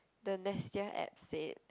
the app said